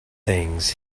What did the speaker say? things